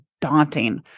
daunting